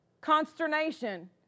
consternation